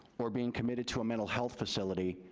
or being committed to a mental health facility,